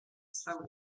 savoie